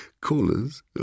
Callers